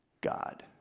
God